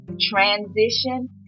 transition